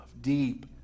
deep